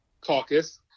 caucus